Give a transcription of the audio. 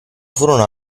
furono